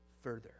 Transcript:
further